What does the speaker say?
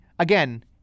Again